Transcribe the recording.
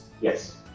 Yes